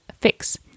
fix